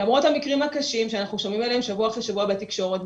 למרות המקרים הקשים שאנחנו שומעים עליהם שבוע אחרי שבוע בתקשורת,